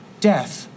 Death